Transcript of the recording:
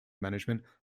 management